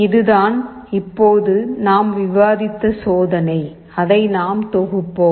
இதுதான் இப்போது நாம் விவாதித்த சோதனை அதை நாம் தொகுப்போம்